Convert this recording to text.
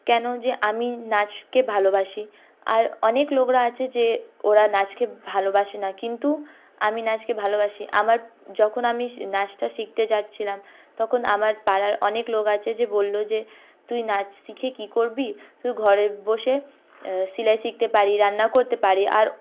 কেন যে আমি নাচকে ভালোবাসি আর অনেক লোকরা আছে যে ওরা নাচকে ভালোবাসে না কিন্তু আমি নাচকে ভালোবাসি আমার যখন আমি শি নাচটা শিখতে যাচ্ছিলাম তখন আমার পাড়ার অনেক লোক আছে যে বলল যে তুই নাচ শিখে কী করবি তুই ঘরে বসে সেলাই শিখতে পারিস রান্না করতে পারিস আর